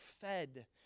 fed